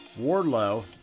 Wardlow